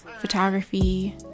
photography